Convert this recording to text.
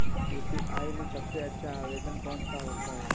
UPI में सबसे अच्छा आवेदन कौन सा होता है?